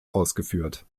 ausgeführt